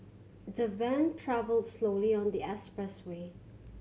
the van travelled slowly on the expressway